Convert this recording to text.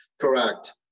Correct